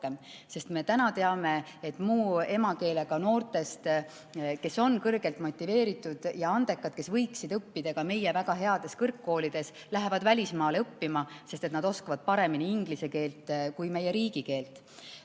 Me täna teame, et muu emakeelega noortest, kes on kõrgelt motiveeritud ja andekad, kes võiksid õppida ka meie väga heades kõrgkoolides, lähevad paljud välismaale õppima, sest nad oskavad paremini inglise keelt kui meie riigikeelt. Mis